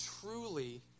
truly